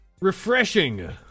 Refreshing